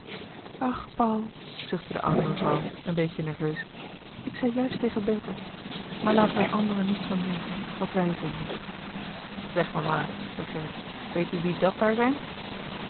ach paul zuchtte de oude mevrouw een beetje nerveus ik zei juist tegen bertha maar laat er aan anderen niets van merken wat w i j vinden zeg mama zei gerrit weet u wie dàt daar zijn